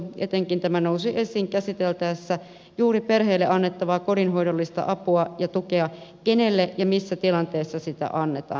etenkin tämä nousi esiin käsiteltäessä juuri perheille annettavaa kodinhoidollista apua ja tukea kenelle ja missä tilanteessa sitä annetaan